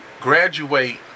graduate